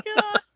God